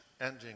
ending